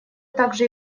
также